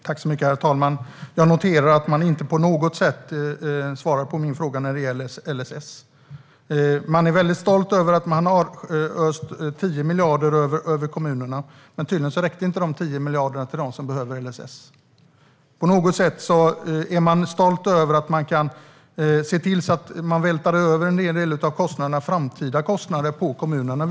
Herr talman! Jag noterar att man inte på något sätt svarar på min fråga om LSS. Man är väldigt stolt över att man har öst ut 10 miljarder över kommunerna, men de räckte tydligen inte till dem som behöver LSS. På något sätt är man stolt över att man kan se till att man vältrar över en hel del framtida kostnader på kommunerna.